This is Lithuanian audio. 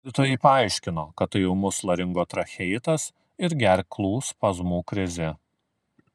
gydytojai paaiškino kad tai ūmus laringotracheitas ir gerklų spazmų krizė